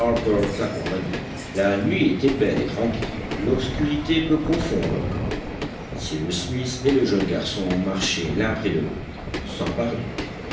l'accompagnait la nuit était belle et tranquille l'obscurité peu profonde encore cyrus smith et le jeune garçon marchaient l'un près de l'autre sans parler